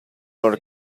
our